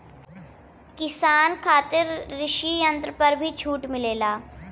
किसान खातिर कृषि यंत्र पर भी छूट मिलेला?